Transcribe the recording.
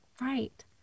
Right